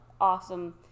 awesome